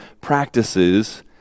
practices